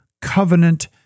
covenant